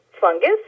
fungus